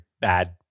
bad